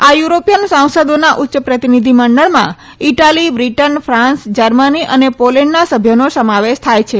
આ યુરોપીયન સાંસદોના ઉચ્ચ પ્રતિનિધિમંડળમાં ઇટાલી બ્રિટન ફાન્સ જર્મની અને પોલેન્ડના સભ્યોનો સમાવેશ થાય છે